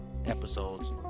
episodes